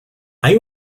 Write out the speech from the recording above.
hay